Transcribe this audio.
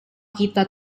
kita